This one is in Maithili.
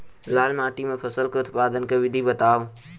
लाल माटि मे फसल केँ उत्पादन केँ विधि बताऊ?